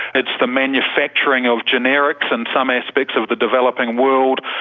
it's the manufacturing of generics and some aspects of the developing world,